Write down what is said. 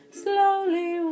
slowly